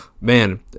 man